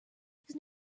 eggs